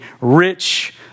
rich